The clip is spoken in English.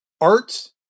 art